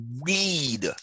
weed